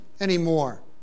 anymore